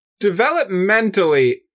developmentally